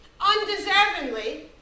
undeservingly